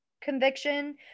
Conviction